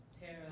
Tara